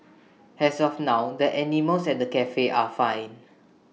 as of now the animals at the Cafe are fine